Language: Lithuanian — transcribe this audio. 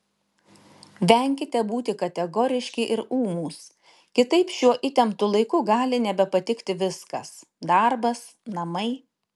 venkite būti kategoriški ir ūmūs kitaip šiuo įtemptu laiku gali nebepatikti viskas darbas namai